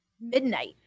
midnight